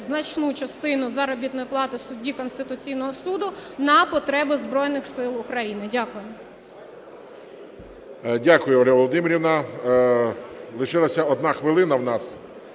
значну частину заробітної плати судді Конституційного Суду на потреби Збройних Сил України. Дякую. ГОЛОВУЮЧИЙ. Дякую, Ольга Володимирівна. Лишилася одна хвилина у нас.